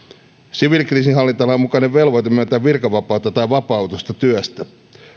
siviilikriisinhallintalain mukainen velvoite myöntää virkavapaata tai vapautusta työstä